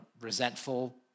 resentful